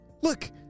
Look